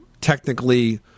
technically